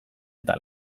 eta